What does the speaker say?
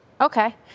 Okay